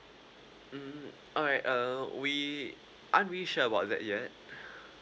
mm alright um we aren't really sure about that yet